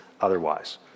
otherwise